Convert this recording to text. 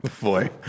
Boy